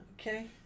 Okay